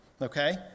okay